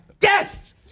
Yes